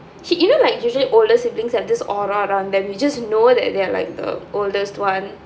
she you know like usually older siblings have this aura around them you just know like they are like the oldest one